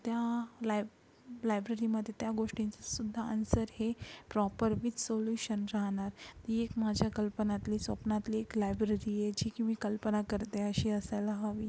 त्या लाएब् लायब्ररीमध्ये त्या गोष्टींचंसुद्धा आन्सर हे प्रॉपर विथ सोल्यूशन राहणार ही एक माझ्या कल्पनेतली स्वप्नातली एक लायब्ररी आहेय जी की मी कल्पना करतेय अशी असायला हवी